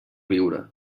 viure